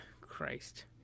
Christ